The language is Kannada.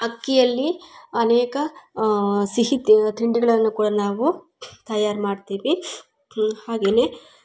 ಅಕ್ಕಿಯಲ್ಲಿ ಅನೇಕ ಸಿಹಿ ತಿಂಡಿಗಳನ್ನು ಕೂಡ ನಾವು ತಯಾರು ಮಾಡ್ತೀವಿ ಹಾಗೇ